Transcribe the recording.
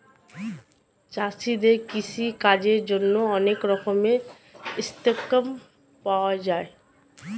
চাষীদের কৃষি কাজের জন্যে অনেক রকমের স্কিম পাওয়া যায়